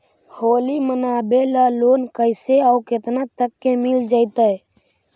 होली मनाबे ल लोन कैसे औ केतना तक के मिल जैतै?